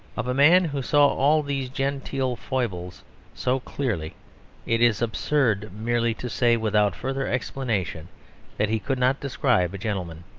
of a man who saw all these genteel foibles so clearly it is absurd merely to say without further explanation that he could not describe a gentleman.